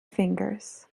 fingers